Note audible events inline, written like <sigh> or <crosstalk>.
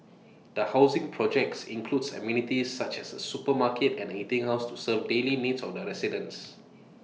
<noise> the housing projects includes amenities such as A supermarket and eating house to serve daily needs of residents